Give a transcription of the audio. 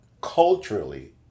culturally